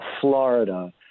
Florida